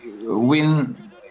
Win